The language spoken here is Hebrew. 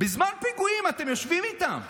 בזמן פיגועים אתם יושבים איתם,